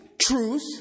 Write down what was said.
truth